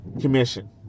commission